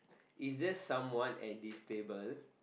is there someone at this table